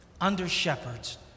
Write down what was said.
under-shepherds